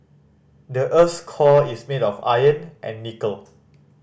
the earth's core is made of iron and nickel